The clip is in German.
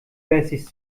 wessis